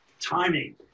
timing